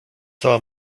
cała